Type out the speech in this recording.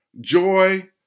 joy